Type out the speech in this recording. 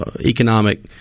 economic